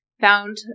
found